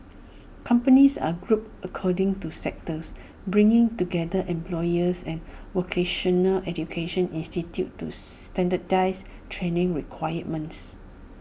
companies are grouped according to sectors bringing together employers and vocational education institutes to standardise training requirements